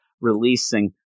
releasing